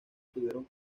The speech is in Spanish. tuvieron